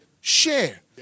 share